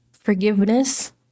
forgiveness